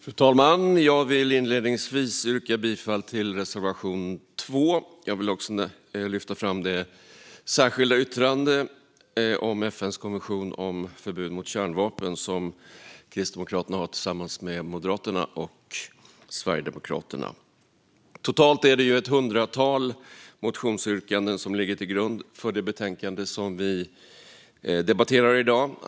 Fru talman! Jag vill inledningsvis yrka bifall till reservation 2. Jag vill också lyfta fram det särskilda yttrande om FN:s konvention om förbud mot kärnvapen som Kristdemokraterna har tillsammans med Moderaterna och Sverigedemokraterna. Totalt ligger ett hundratal motionsyrkanden till grund för det betänkande som vi debatterar i dag.